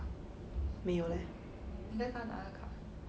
没有 leh